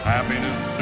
Happiness